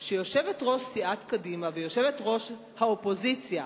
למשל שיושבת-ראש סיעת קדימה ויושבת-ראש האופוזיציה,